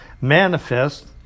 manifest